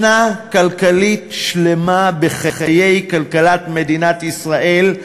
שנה כלכלית שלמה בחיי כלכלת מדינת ישראל,